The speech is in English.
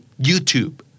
YouTube